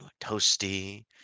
toasty